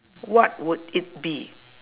what would it be